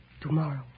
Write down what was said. tomorrow